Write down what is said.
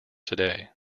today